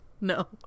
No